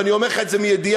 ואני אומר לך את זה מידיעה,